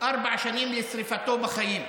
ארבע שנים לשריפתו בחיים.